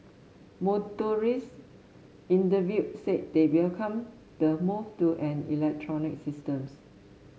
motorist interviewed said they welcome the move to an electronic system